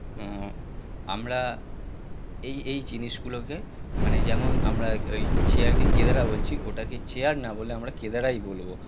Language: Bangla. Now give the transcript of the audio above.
আমরা এই এই জিনিসগুলোকে মানে যেমন আমরা এই চেয়ারকে কেদারা বলছি ওটাকে চেয়ার না বলে আমরা কেদারাই বলবো